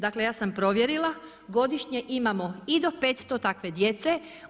Dakle ja sam provjerila, godišnje imamo i do 500 takve djece.